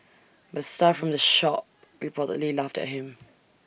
but staff from the shop reportedly laughed at him